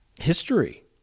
history